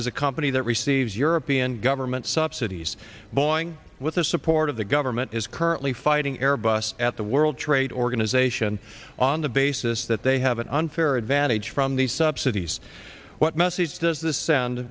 is a company that receives european government subsidies boeing with the support of the government is currently fighting air bus at the world trade organization on the basis that they have an unfair advantage from these subsidies what message does this sound